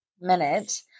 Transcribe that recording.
minute